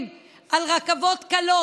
אתם עובדים אצל פקידים.